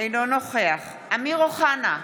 אינו נוכח אמיר אוחנה,